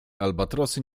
albatrosy